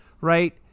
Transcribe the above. right